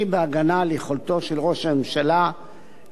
בהגנה על יכולתו של ראש הממשלה למלא